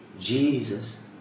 Jesus